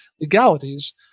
legalities